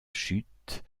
chute